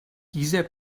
dieser